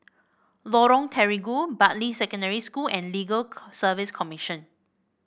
Lorong Terigu Bartley Secondary School and Legal Service Commission